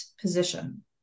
position